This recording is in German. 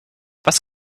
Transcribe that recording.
was